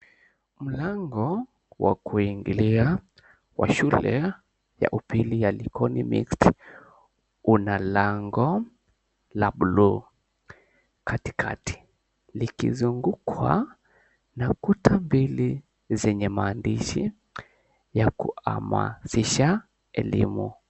Mlango wa kuingilia Kwa shule ya upili ya "Likoni Mixed", kuna lango la buluu katikati. Likizungukwa na kuta mbili zenye maandishi ya kuhamasisha elimu.